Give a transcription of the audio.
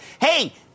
hey